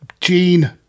gene